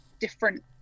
different